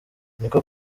niko